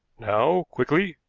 now quickly,